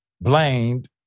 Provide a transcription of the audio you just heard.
blamed